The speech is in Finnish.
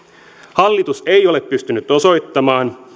hallitus ei ole pystynyt osoittamaan